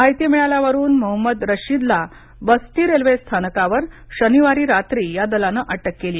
माहिती मिळाल्यावरुन मोहम्मद रशिदला बस्ती रेल्वेस्थानकावर शनिवारी रात्री या दलानं अटक केली